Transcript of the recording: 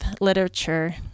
literature